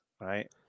right